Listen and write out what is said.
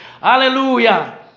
Hallelujah